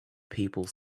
people